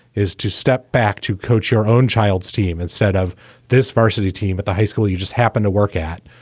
is to step back to coach your own child's team and said of this varsity team at the high school you just happened to work at,